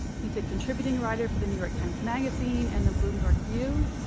he's a contributing writer for the new york times magazine and the bloomberg view.